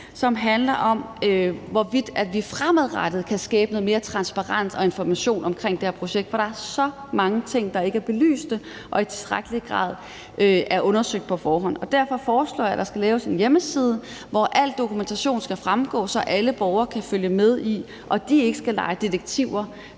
som handler om, hvorvidt vi fremadrettet kan skabe noget mere transparens og information omkring det her projekt. For der er så mange ting, der ikke er belyst og ikke i tilstrækkelig grad er undersøgt på forhånd. Derfor foreslår jeg, at der skal laves en hjemmeside, hvor al dokumentation skal fremgå, så alle borgere kan følge med i det og ikke skal lege detektiver